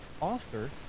author